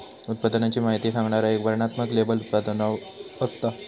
उत्पादनाची माहिती सांगणारा एक वर्णनात्मक लेबल उत्पादनावर असता